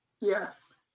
Yes